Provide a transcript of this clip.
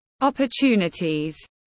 Opportunities